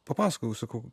papasakojau sakau